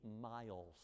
miles